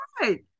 right